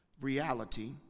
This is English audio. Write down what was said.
reality